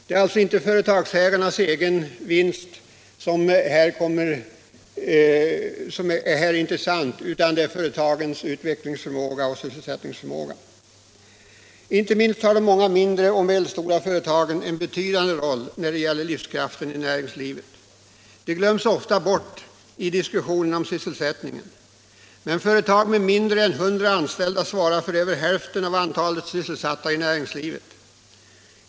Det är alltså inte företagsägarnas egen vinst som är det intressanta utan det är företagens utvecklingsoch sysselsättningsförmåga. Inte minst har de många mindre och medelstora företagen en betydande roll när det gäller livskraften i näringslivet. De glöms ofta bort i diskussionen om sysselsättningen. Men företag med mindre än 100 anställda svarar för över hälften av antalet sysselsatta i näringslivet.